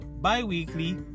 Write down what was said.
Bi-weekly